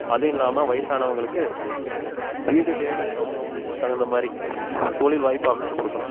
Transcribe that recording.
அதுவும் இல்லாமல் வயசானவங்களுக்கு வீடு தேடி அவங்கவங்களுக்கு தகுந்த மாதிரி தொழில் வாய்ப்பை அமைச்சி கொடுக்கணும்